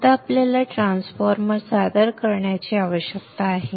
आता आपल्याला ट्रान्सफॉर्मर सादर करण्याची आवश्यकता आहे